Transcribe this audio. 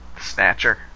Snatcher